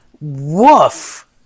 Woof